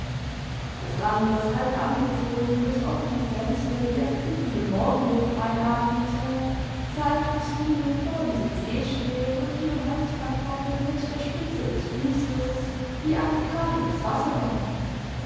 als randers halb angezogen durchs offene fenster die erquickende morgenluft einatmete sah er christine vor diesem see stehen und ihren holzpantoffel mit der spitze des fusses wie einen kahn übers wasser lenken